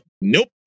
Nope